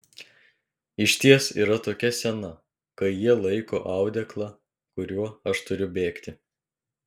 išties yra tokia scena kai jie laiko audeklą kuriuo aš turiu bėgti